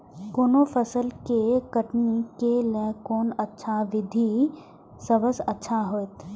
कोनो फसल के कटनी के लेल कोन अच्छा विधि सबसँ अच्छा होयत?